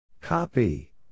Copy